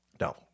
No